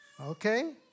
Okay